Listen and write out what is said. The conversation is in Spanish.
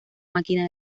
máquina